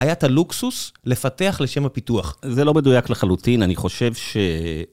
היתה לוקסוס לפתח לשם הפיתוח. זה לא בדויק לחלוטין, אני חושב ש...